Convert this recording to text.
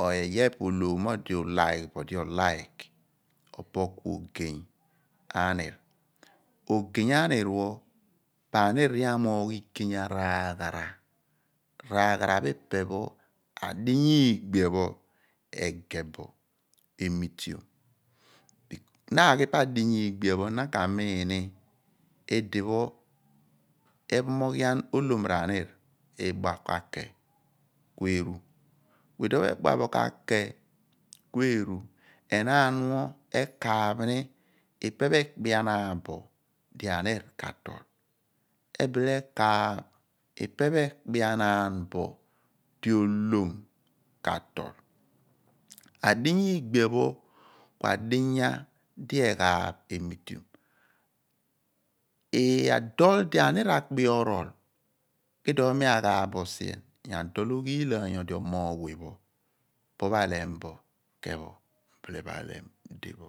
iyaar pho epe olhom mo odi u/like bo odi o/like opo ku ogeny anir ogey ahnir pho po anir di amoogh igey araaghara raaghara pho ipe pho adinya igbia pho eye bo emiteom na aghi po adinya ilgbia pho na ka miin ni idipho ephomoghion olhom r'anir idua k'ake ku eru ku iduon edua bo k'ake ku eru enaan pho ekaaph ni ipe pho ekpean naan bo di ahnir k'atol ebile ekaaph ipe pho ekpeanaan bo di olhom k'atol adinya igbia pho ku adinya di egbaaph emiteom ii adol di anir akpe orol iduon mi aghaaph bo sien mo adol oghi laany omo ogy awe pho alhem bo ke pho abile bo alhem bo de pho